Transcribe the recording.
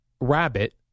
rabbit